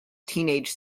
teenage